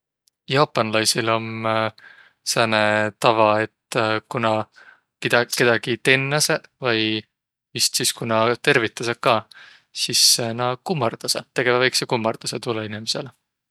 Jaapanlaisil om sääne tava, et ku na kedägi tennäseq vai vist sis, ku na tervitäseq ka, sis naaq kummardasõq, tegeväq väikse kummardusõ toolõ inemisele.